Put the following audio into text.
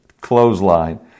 clothesline